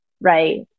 right